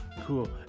cool